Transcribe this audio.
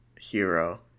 hero